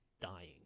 dying